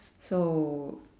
so